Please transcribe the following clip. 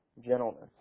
Gentleness